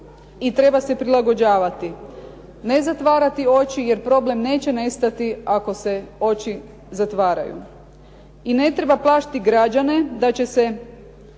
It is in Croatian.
i treba se prilagođavati. Ne zatvarati oči jer problem neće nestati ako se oči zatvaraju. I ne treba plašiti građane da će se